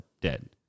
dead